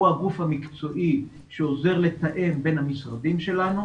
הוא הגוף המקצועי שעוזר לתאם בין המשרדים שלנו